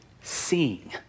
seeing